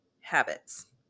habits